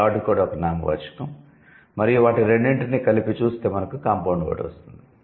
'lord' కూడా ఒక నామవాచకం మరియు వాటి రెండింటినీ కలిపి చూస్తే మనకు 'కాంపౌండ్ వర్డ్' వస్తుంది